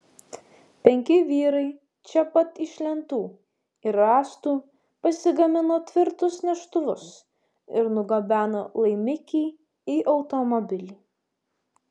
penki vyrai čia pat iš lentų ir rąstų pasigamino tvirtus neštuvus ir nugabeno laimikį į automobilį